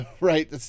right